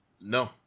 No